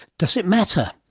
does it matter?